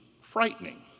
frightening